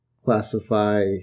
classify